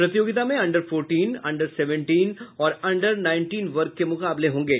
प्रतियोगिता में under fourteen under seventeen और अंडर नाइनटीन वर्ग के मुकाबले होंगे